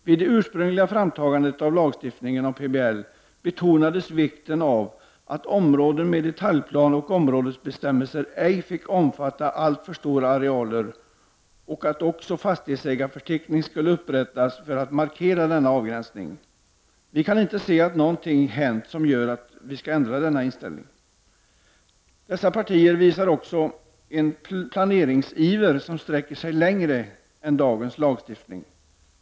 Vid det ursprungliga framtagandet av lagstiftningen om PBL betonades vikten av att områden med detaljplan och områdesbestämmelser ej fick omfatta alltför stora arealer och att också fastighetsägarföreteckning skulle upprättas för att markera denna avgränsning. Vi kan inte se att någonting hänt som gör att vi skall ändra denna inställning. Dessa partier visar också en planeringsiver som sträcker sig längre än dagens lagstiftning.